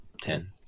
Ten